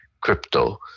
crypto